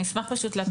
אני אשמח פשוט להכיר.